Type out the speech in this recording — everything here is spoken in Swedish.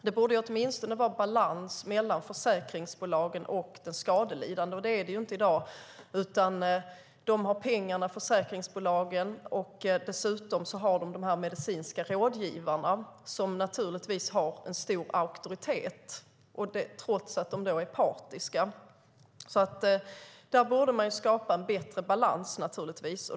Det borde åtminstone vara en balans mellan försäkringsbolagen och de skadelidande. Det är det inte i dag, utan försäkringsbolagen har pengarna och dessutom de medicinska rådgivarna, som naturligtvis har en stor auktoritet trots att de är partiska. Där borde man naturligtvis skapa en bättre balans.